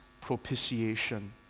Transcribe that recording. propitiation